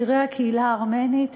בכירי הקהילה הארמנית.